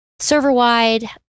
server-wide